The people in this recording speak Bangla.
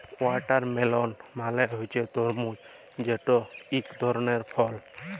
ওয়াটারমেলল মালে হছে তরমুজ যেট ইক ধরলের ফল